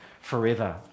forever